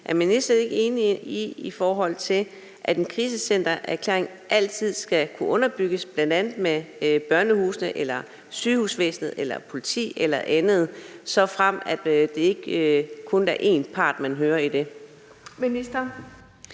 Er ministeren ikke enig i, at en krisecentererklæring altid skal kunne underbygges af bl.a. Børnehusene, sygehusvæsenet, politiet eller andet, så det ikke kun er én part, man her hører?